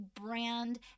brand